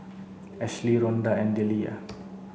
Ashlie Ronda and Dellia